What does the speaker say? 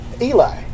eli